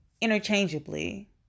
interchangeably